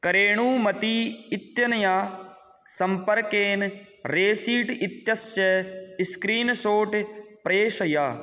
करेणूमती इत्यनया सम्पर्केन रेसीट् इत्यस्य स्क्रीन्शोट् प्रेषय